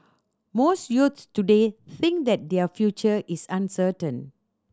most youths today think that their future is uncertain